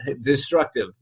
destructive